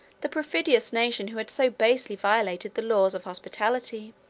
the perfidious nation who had so basely violated the laws of hospitality.